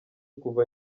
kuva